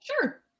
Sure